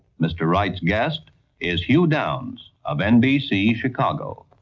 mr. wright's guest is hugh downs of nbc chicago.